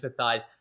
empathize